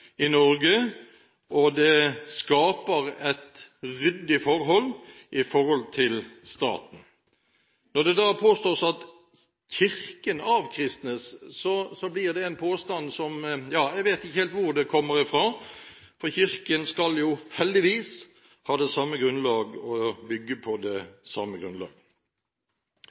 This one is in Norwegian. skaper et ryddig forhold til staten. Når det da påstås at Kirken avkristnes, blir det en påstand som jeg ikke helt vet hvor kommer fra, for Kirken skal jo – heldigvis – bygge på det samme grunnlag. Så var det